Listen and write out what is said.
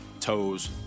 toes